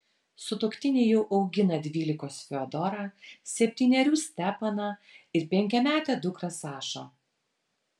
sutuoktiniai jau augina dvylikos fiodorą septynerių stepaną ir penkiametę dukrą sašą